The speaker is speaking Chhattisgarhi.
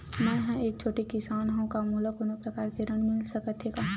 मै ह एक छोटे किसान हंव का मोला कोनो प्रकार के ऋण मिल सकत हे का?